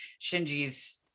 Shinji's